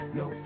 no